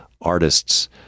artists